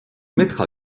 mettre